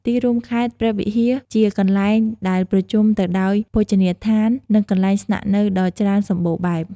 ទីរួមខេត្តព្រះវិហារជាកន្លែងដែលប្រជុំទៅដោយភោជនីយដ្ឋាន និងកន្លែងស្នាក់នៅដ៏ច្រើនសម្បូរបែប។